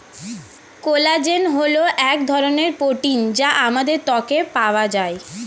collagen হল এক ধরনের প্রোটিন যা আমাদের ত্বকে পাওয়া যায়